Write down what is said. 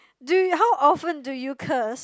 do you how often do you curse